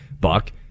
Buck